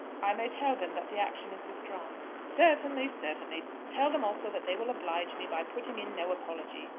i may tell them that the action is withdrawn. certainly certainly. tell them also that they will oblige me by putting in no apology.